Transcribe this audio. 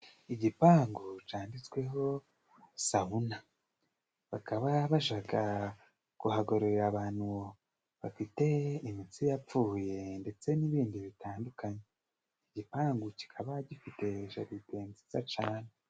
Igipangu canditsweho sabuna bakaba bajaga kuhagororera abantu bafite imitsi yapfuye, ndetse n'ibindi bitandukanye, igipangu kikaba gifite jaride nziza cane.